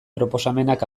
proposamenak